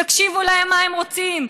תקשיבו להם, מה הם רוצים.